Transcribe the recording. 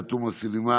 עאידה תומא סלימאן,